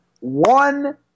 One